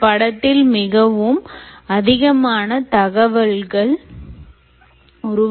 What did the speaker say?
இந்த படத்தில் மிகவும் அதிகமான தகவல்கள் உருவாக்கப்பட்டுள்ளது